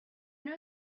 know